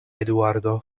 eduardo